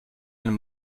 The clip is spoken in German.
ein